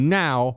now